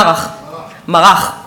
מָרח.